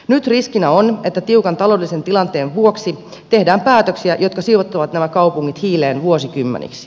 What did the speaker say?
nyt riskinä on että tiukan taloudellisen tilanteen vuoksi tehdään päätöksiä jotka sitovat nämä kaupungit hiileen vuosikymmeniksi